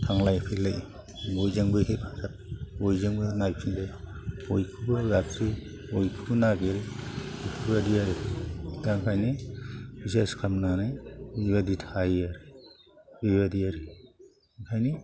थांलाय फैलाय बयजोंबो हेफाजाब बयजोंबो नायफिनजायो बयखौबो लाखियो बयखौबो नागिरो बेफोरबादि आरो दा ओंखायनो बिसास खालामनानै बेबायदि थायो आरो बेबायदि आरो ओंखायनो